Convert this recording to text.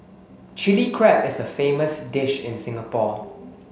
Chilli Crab is a famous dish in Singapore